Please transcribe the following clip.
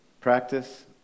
practice